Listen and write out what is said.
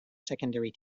secondary